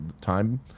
time